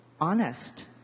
Honest